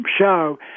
show